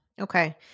Okay